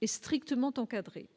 est strictement encadrée